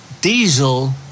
diesel